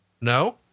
No